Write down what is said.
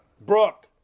Brooke